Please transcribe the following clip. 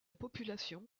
population